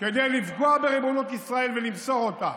כדי לפגוע בריבונות ישראל ולמסור אותה.